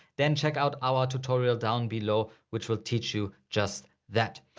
then check out our tutorial down below which will teach you just that.